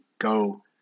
go